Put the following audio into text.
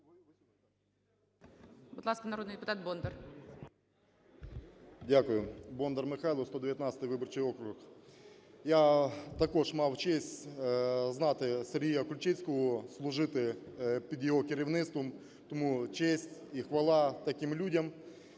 Будь ласка, народний депутат Бондар. 10:12:45 БОНДАР М.Л. Дякую. Бондар Михайло, 119-й виборчий округ. Я також мав честь знати Сергія Кульчицького, служити під його керівництвом. Тому честь і хвала таким людям!